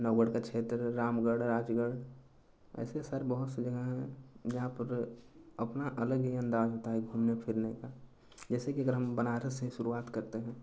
नवगढ़ का क्षेत्र रामगढ़ आजमगढ़ ऐसी सारी बहुत सी जगह हैं जहाँ पर अपना अलग ही अन्दाज़ होता है घूमने फिरने का जैसे कि अगर हम बनारस की शुरुआत करते हैं